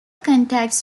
contracts